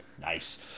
Nice